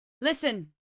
Listen